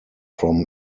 from